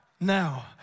Now